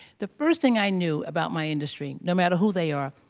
the first thing i knew about my industry no matter who they are,